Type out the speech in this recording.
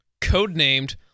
Codenamed